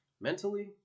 Mentally